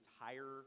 entire